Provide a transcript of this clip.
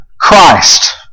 Christ